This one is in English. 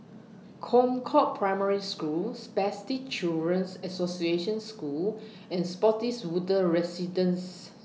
Concord Primary School Spastic Children's Association School and Spottiswoode Residences